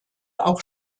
auch